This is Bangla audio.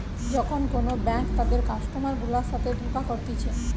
যখন কোন ব্যাঙ্ক তাদের কাস্টমার গুলার সাথে ধোকা করতিছে